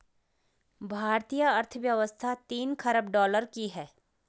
भारतीय अर्थव्यवस्था तीन ख़रब डॉलर की है